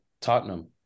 Tottenham